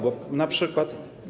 Bo na przykład.